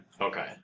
Okay